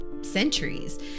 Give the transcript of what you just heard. centuries